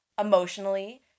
emotionally